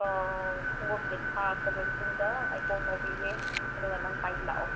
ꯑꯥ ꯈꯣꯡꯎꯞꯇꯣ ꯊꯥꯈ꯭ꯔꯕ ꯃꯇꯨꯡꯗ ꯑꯩ ꯀꯣꯜ ꯇꯧꯕꯤꯒꯦ ꯑꯗꯨꯒ ꯅꯪ ꯄꯥꯏꯕ ꯂꯥꯛꯑꯣ